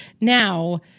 now